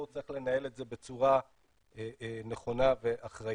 צריך לנהל את זה בצורה נכונה ואחראית.